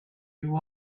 you